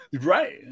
Right